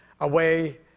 away